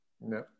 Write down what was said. No